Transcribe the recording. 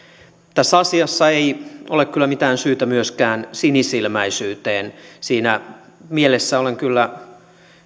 tässä asiassa ei ole kyllä mitään syytä myöskään sinisilmäisyyteen siinä mielessä olen kyllä